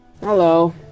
Hello